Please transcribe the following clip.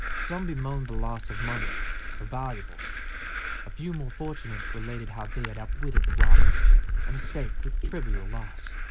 some bemoaned the loss of money or valuables a few, more fortunate, related how they had outwitted the robbers and escaped with trivial loss,